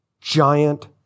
giant